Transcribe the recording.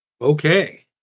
Okay